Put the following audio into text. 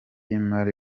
y’imari